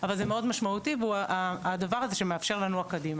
אבל זה מאוד משמעותי והוא הדבר הזה שמאפשר לנוע קדימה.